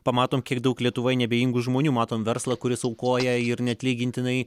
pamatom kiek daug lietuvoj neabejingų žmonių matom verslą kuris aukoja ir neatlygintinai